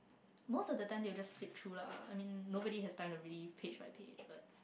most of the time they will just flip through lah I mean nobody has time to read it page by page